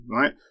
right